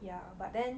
ya but then